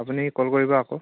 আপুনি কল কৰিব আকৌ